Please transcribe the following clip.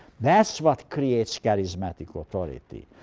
that's what creates charismatic authority.